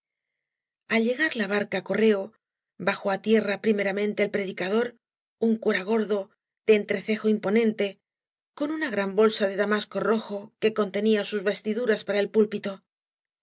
al llegar ia barca correo bajó á tierra primeramente el predicador ua cura gordo de eatrecejo imponente coa una gran bolsa de damasco rojo que conteaía sus vestiduras para el pulpito